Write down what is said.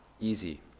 easy